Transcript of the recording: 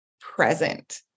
present